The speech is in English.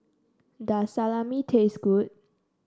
does Salami taste good